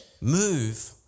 move